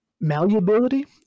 malleability